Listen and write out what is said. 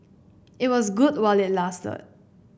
it was good while it lasted